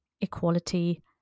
equality